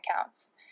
accounts